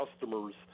customers